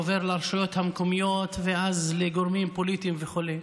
עובר לרשויות המקומיות ואז לגורמים פוליטיים וכו'.